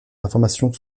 informations